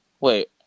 Wait